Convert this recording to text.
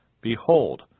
Behold